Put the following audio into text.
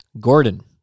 Gordon